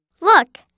Look